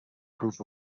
proof